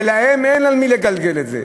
ולהם אין על מי לגלגל את זה.